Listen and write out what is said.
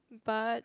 but